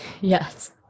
yes